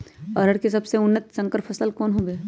अरहर के सबसे उन्नत संकर फसल कौन हव?